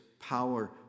power